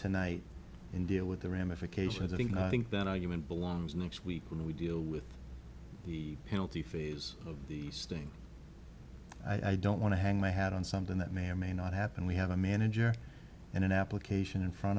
tonight in deal with the ramifications i think i think that argument belongs next week when we deal with the penalty phase of the sting i don't want to hang my head on something that may or may not happen we have a manager and an application in front